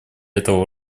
этого